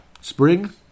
spring